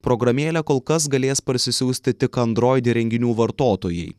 programėlę kol kas galės parsisiųsti tik android įrenginių vartotojai